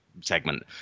segment